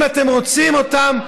אם אתם רוצים אותם,